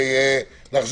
בוודאי, חד וחלק.